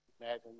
imagine